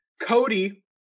Cody